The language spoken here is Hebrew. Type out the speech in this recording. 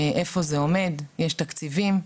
איפה זה עומד, יש תקציבים,